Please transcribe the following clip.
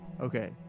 Okay